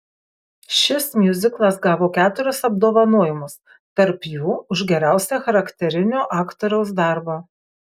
šis miuziklas gavo keturis apdovanojimus tarp jų už geriausią charakterinio aktoriaus darbą